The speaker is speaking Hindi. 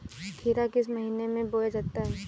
खीरा किस महीने में बोया जाता है?